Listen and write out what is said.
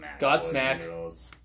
Godsmack